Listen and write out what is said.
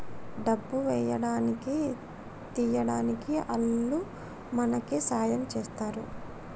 డబ్బు వేయడానికి తీయడానికి ఆల్లు మనకి సాయం చేస్తరు